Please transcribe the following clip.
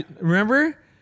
remember